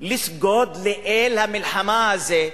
לסגוד לאל המלחמה הזה?